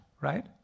right